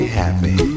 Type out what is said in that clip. happy